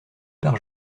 par